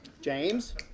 James